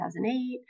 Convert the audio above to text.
2008